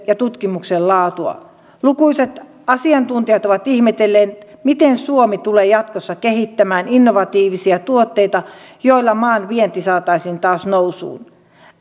ja tutkimuksen laatua lukuiset asiantuntijat ovat ihmetelleet miten suomi tulee jatkossa kehittämään innovatiivisia tuotteita joilla maan vienti saataisiin taas nousuun